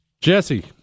Jesse